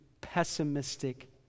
pessimistic